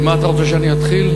עם מה אתה רוצה שאני אתחיל?